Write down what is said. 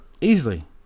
Easily